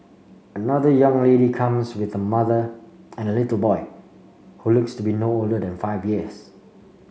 another young lady comes with her mother and a little boy who looks to be no older five years